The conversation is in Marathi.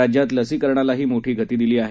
राज्यात लसीकरणालाही मोठी गती दिली आहे